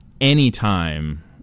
anytime